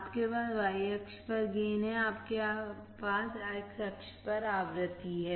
आपके पास y अक्ष पर गेन है आपके पास x अक्ष पर आवृत्ति है